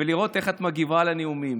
ולראות איך את מגיבה על הנאומים.